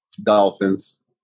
Dolphins